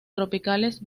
tropicales